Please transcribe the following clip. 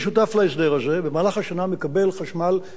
במהלך השנה מקבל חשמל בתעריף יותר נמוך.